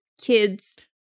kids